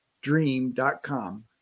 dream.com